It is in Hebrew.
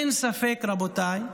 אין ספק, רבותיי,